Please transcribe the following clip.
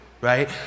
right